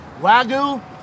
Wagyu